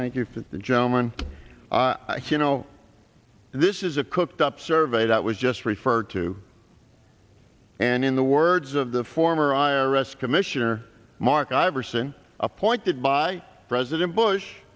thank you for the gentleman you know this is a cooked up survey that was just referred to and in the words of the former i r s commissioner mark iverson appointed by president bush